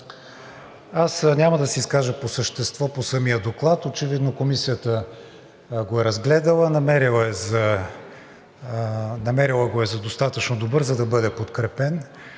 Аз няма да се изкажа по същество по самия доклад. Очевидно Комисията го е разгледала, намерила го е за достатъчно добър, за да бъде подкрепен.